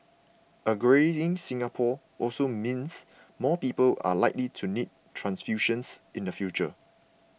a greying Singapore also means more people are likely to need transfusions in the future